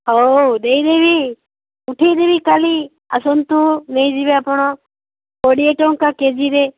ହଉ ହଉ ଦେଇଦେବି ଉଠେଇ ଦେବି କାଲି ଆସନ୍ତୁ ନେଇଯିବେ ଆପଣ କୋଡ଼ିଏ ଟଙ୍କା କେଜିରେ